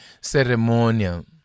ceremonial